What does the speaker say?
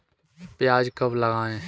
प्याज कब लगाएँ?